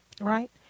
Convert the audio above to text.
Right